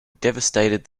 devastated